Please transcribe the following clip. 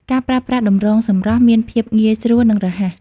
ការប្រើប្រាស់តម្រងសម្រស់មានភាពងាយស្រួលនិងរហ័ស។